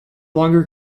longer